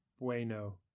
Bueno